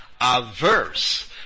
averse